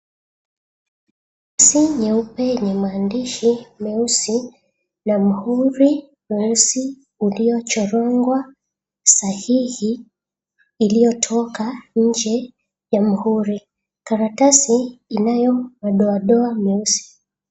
Karatasi nyeupe yenye maandishi meusi na muhuri mweusi uliochorongwa sahihi iliyotoka nje ya muhuri. Karatasi inayo madoadoa meusi.